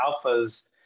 alphas